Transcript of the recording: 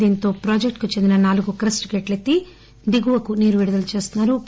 దీనితో ప్రాజెక్టుకు చెందిన నాలుగు క్రస్టు గేట్లు ఎత్తి దిగువకు నీరు విడుదల చేస్తున్నా రు